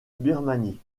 birmanie